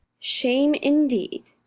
shame indeed!